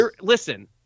Listen